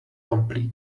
complete